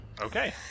Okay